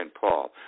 Paul